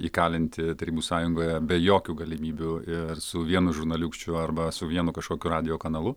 įkalinti tarybų sąjungoje be jokių galimybių ir su vienu žurnaliūkščiu arba su vienu kažkokiu radijo kanalu